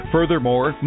Furthermore